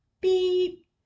beep